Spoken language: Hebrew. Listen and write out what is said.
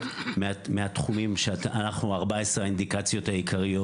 מהתחומים של 14 האינדיקציות העיקריות.